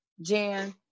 jan